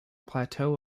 plateau